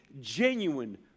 genuine